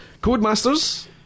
Codemasters